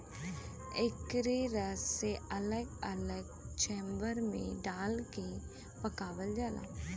एकरे रस के अलग अलग चेम्बर मे डाल के पकावल जाला